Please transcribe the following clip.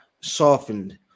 softened